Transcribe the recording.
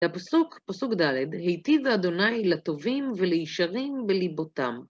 הפסוק, פסוק ד', היטיבה אדוני לטובים ולישרים בליבותם.